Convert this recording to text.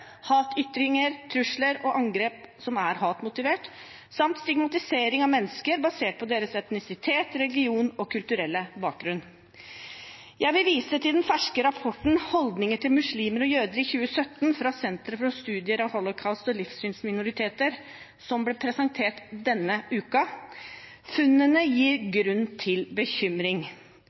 hatytringer, trusler og angrep som er hatmotivert, samt stigmatisering av mennesker basert på deres etnisitet, religion og kulturelle bakgrunn. Jeg vil vise til den ferske rapporten «Holdninger til muslimer og jøder i 2017» fra Senter for studier av Holocaust og livssynsminoriteter, som ble presentert denne uken. Funnene gir grunn til bekymring.